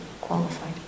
qualified